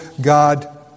God